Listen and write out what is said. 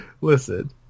Listen